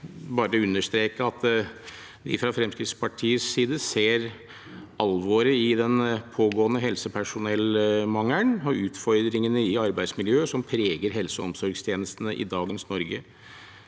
vi fra Fremskrittspartiets side ser alvoret i den pågående helsepersonellmangelen og utfordringene i arbeidsmiljøet som preger helse- og omsorgstjenestene i dagens Norge.